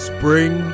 Spring